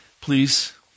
Please